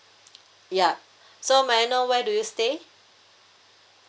ya so may I know where do you stay